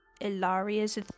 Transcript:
Ilaria's